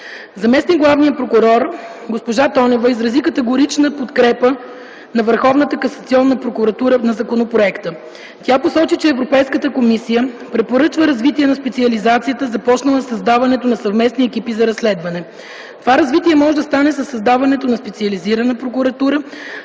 Заместник-главният прокурор госпожа Тонева изрази категоричната подкрепа на Върховната касационна прокуратура за законопроекта. Тя посочи, че Европейската комисия препоръчва развитие на специализацията, започнала със създаването на съвместни екипи за разследване. Това развитие може да стане със създаването на специализирана прокуратура,